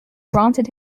granted